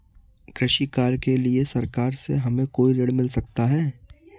कृषि कार्य के लिए सरकार से हमें कोई ऋण मिल सकता है?